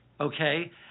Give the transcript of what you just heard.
okay